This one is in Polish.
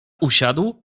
usiadł